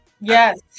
Yes